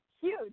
Huge